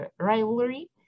rivalry